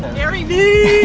garyvee,